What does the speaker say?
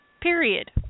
Period